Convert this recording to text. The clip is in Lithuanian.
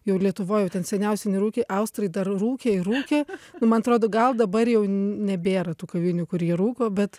jau lietuvoj jau ten seniausiai nerūkė austrai dar rūkė ir rūkė nu man atrodo gal dabar jau nebėra tų kavinių kur jie rūko bet